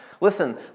Listen